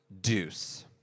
Deuce